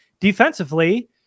defensively